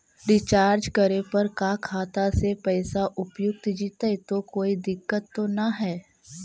Recharge करे पर का खाता से पैसा उपयुक्त जितै तो कोई दिक्कत तो ना है?